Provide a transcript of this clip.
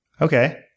Okay